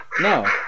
no